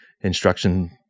instruction